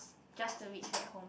just to reach back home